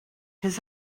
his